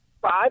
Five